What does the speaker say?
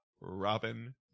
robin